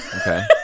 Okay